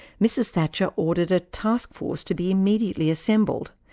mrs thatcher ordered a task force to be immediately assembled,